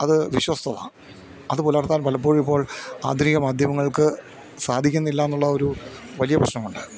അത് വിശ്വസ്തത അത് പുലർത്താൻ പലപ്പോഴും ഇപ്പോൾ ആധുനിക മാധ്യമങ്ങൾക്ക് സാധിക്കുന്നില്ലെന്നുള്ള ഒരു വലിയ പ്രശ്നമുണ്ട്